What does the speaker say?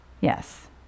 Yes